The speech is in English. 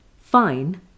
fine